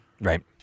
Right